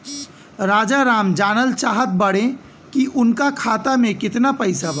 राजाराम जानल चाहत बड़े की उनका खाता में कितना पैसा बा?